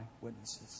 witnesses